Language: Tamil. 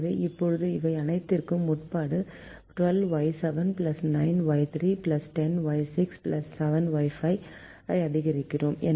எனவே இப்போது இவை அனைத்திற்கும் உட்பட்டு 12Y7 9Y3 10Y6 7Y5 ஐ அதிகரிக்கிறோம்